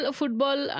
football